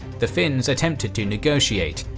the finns attempted to negotiate,